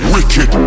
Wicked